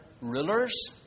rulers